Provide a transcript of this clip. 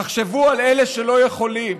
תחשבו על אלה שלא יכולים,